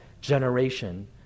generation